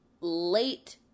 late